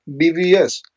BVS